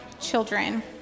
children